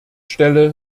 stelle